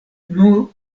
nur